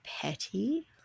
petty